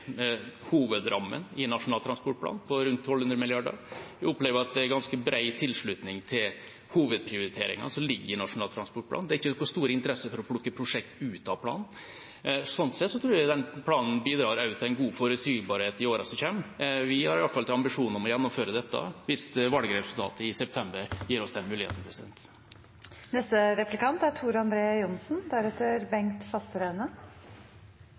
hovedprioriteringene som ligger i Nasjonal transportplan. Det er ikke noen stor interesse for å plukke prosjekter ut av planen. Sånn sett tror jeg den planen også bidrar til en god forutsigbarhet i årene som kommer. Vi har i hvert fall en ambisjon om å gjennomføre dette hvis valgresultatet i september gir oss den muligheten. Jeg hører at Orten skryter av Nye Veier. Det er